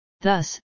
Thus